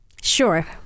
Sure